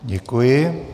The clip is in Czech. Děkuji.